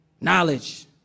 knowledge